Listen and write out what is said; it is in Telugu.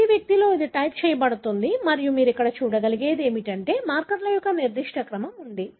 ప్రతి వ్యక్తిలో ఇది టైప్ చేయబడుతుంది మరియు మీరు ఇక్కడ చూడగలిగేది ఏమిటంటే మార్కర్ల యొక్క నిర్దిష్ట క్రమం ఉంది